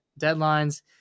deadlines